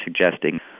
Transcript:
suggesting